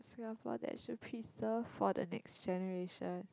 Singapore should preserve for the next generation